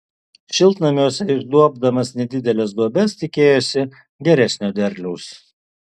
šiltnamiuose išduobdamas nedideles duobes tikėjosi geresnio derliaus